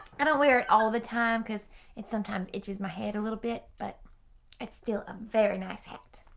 and wear it all the time because it sometimes itches my head a little bit. but it's still a very nice hat.